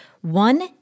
One